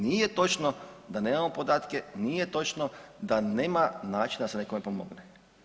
Nije točno da nemamo podatke, nije točno da nema načina da se nekome pomogne.